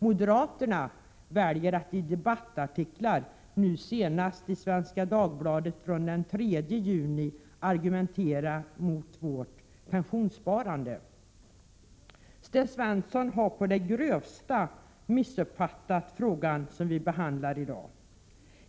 Moderaterna väljer att i debattartiklar, nu senast i Svenska Dagbladet från den 3 juni, argumentera mot vårt pensionssparande. Sten Svensson har å det grövsta missuppfattat den fråga som vi behandlar i dag.